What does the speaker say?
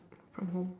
from home